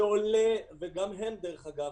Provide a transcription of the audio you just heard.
שעולה ודרך אגב,